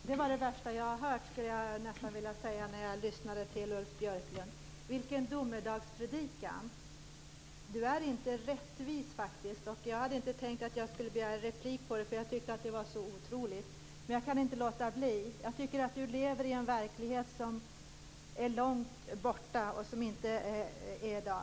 Fru talman! Det var det värsta jag har hört, skulle jag vilja säga när jag lyssnade till Ulf Björklund. Vilken domedagspredikan! Ulf Björklund är inte rättvis. Jag hade inte tänkt att begära replik, men jag kan inte låta bli. Ulf Björklund lever i en verklighet som ligger långt borta.